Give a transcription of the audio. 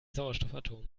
sauerstoffatomen